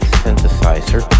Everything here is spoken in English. synthesizer